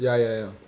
ya ya ya